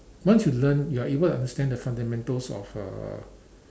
once you learn you are able to understand the fundamentals of uh